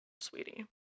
sweetie